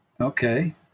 Okay